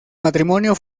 matrimonio